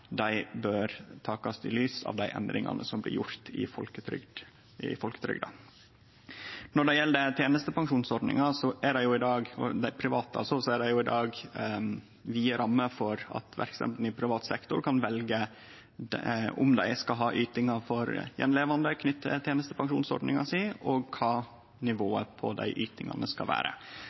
bør takast i lys av dei endringane som blir gjorde i folketrygda. Når det gjeld dei private tenestepensjonsordningane, er det i dag vide rammer for at verksemdene i privat sektor kan velje om dei skal ha ytingar for attlevande knytt til tenestepensjonsordninga si, og kva nivået på dei ytingane skal vere.